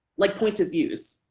like, points of views.